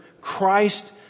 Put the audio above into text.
Christ